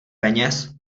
peněz